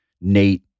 Nate